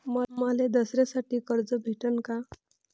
मले दसऱ्यासाठी कर्ज भेटन का?